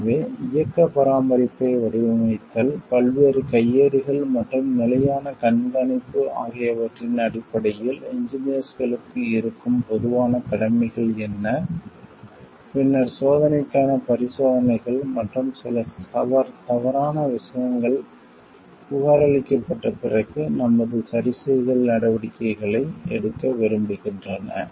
எனவே இயக்கப் பராமரிப்பை வடிவமைத்தல் பல்வேறு கையேடுகள் மற்றும் நிலையான கண்காணிப்பு ஆகியவற்றின் அடிப்படையில் இன்ஜினியர்ஸ்களுக்கு இருக்கும் பொதுவான கடமைகள் என்ன பின்னர் சோதனைக்கான பரிசோதனைகள் மற்றும் சில தவறான விஷயங்கள் புகாரளிக்கப்பட்ட பிறகு நமது சரிசெய்தல் நடவடிக்கைகளை எடுக்க விரும்புகின்றன